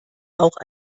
auch